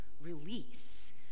release